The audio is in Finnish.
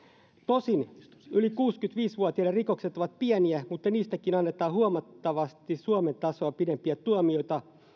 tosin yli kuusikymmentäviisi vuotiaiden rikokset ovat pieniä mutta niistäkin annetaan huomattavasti suomen tasoa pidempiä tuomioita